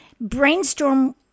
Brainstorm